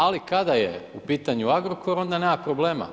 Ali, kada je u pitanju Agrokor, onda nema problema.